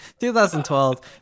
2012